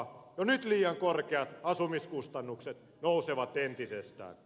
jo nyt liian korkeat asumiskustannukset nousevat entisestään